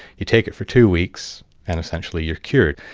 you take it for two weeks and essentially you are cured.